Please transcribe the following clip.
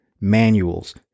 manuals